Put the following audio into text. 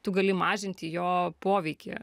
tu gali mažinti jo poveikį